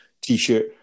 T-shirt